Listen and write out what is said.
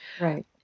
right